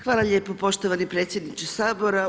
Hvala lijepo poštovani predsjedniče Sabora.